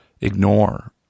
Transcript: ignore